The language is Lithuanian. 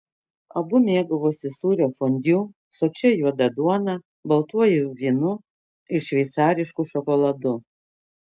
abu mėgavosi sūrio fondiu sočia juoda duona baltuoju vynu ir šveicarišku šokoladu